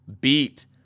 beat